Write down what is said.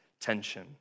tension